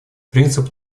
принцип